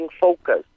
focus